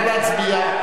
נא להצביע.